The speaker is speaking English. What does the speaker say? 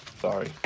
Sorry